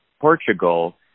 Portugal